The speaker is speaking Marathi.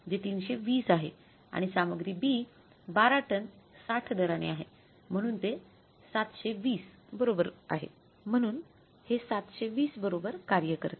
जे 320 आहे आणि सामग्री B 12 टन 60 दराने आहे म्हणून हे 720 बरोबर कार्य करते